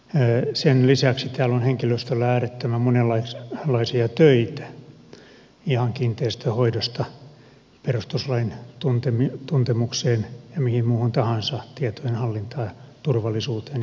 sen lisäksi täällä on henkilöstöllä äärettömän monenlaisia töitä ihan kiinteistönhoidosta perustuslain tuntemukseen ja mihin muuhun tahansa tietojenhallintaan turvallisuuteen ja vaikka mihin